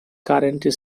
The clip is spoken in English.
current